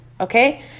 okay